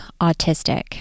autistic